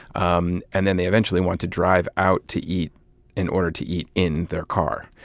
um and then they eventually want to drive out to eat in order to eat in their car.